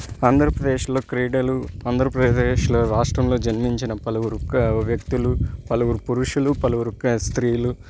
ఆంధ్రప్రదేశ్లో క్రీడలు ఆంధ్రప్రదేశ్లో రాష్ట్రంలో జన్మించిన పలువురు వ్యక్తులు పలువురు పురుషులు పలువురు స్త్రీలు